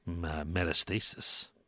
metastasis